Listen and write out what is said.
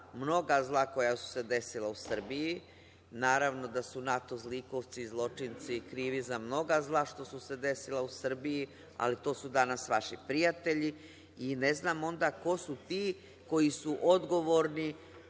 mnogo zla koja su se desila u Srbiji. Naravno da su NATO zlikovci i zločinci krivi za mnogo zla što su se desila u Srbiji, ali to su danas vaši prijatelji. Ne znam onda ko su ti koji su odgovorni